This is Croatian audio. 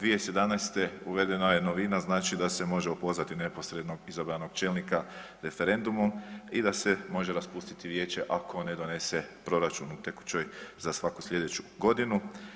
2017. uvedena je novina da se može opozvati neposredno izabranog čelnika referendumom i da se može raspustiti vijeće ako ne donese proračun u tekućoj za svaku sljedeću godinu.